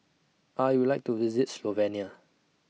I Would like to visit Slovenia